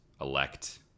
elect